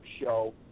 show